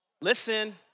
Listen